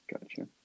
Gotcha